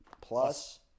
plus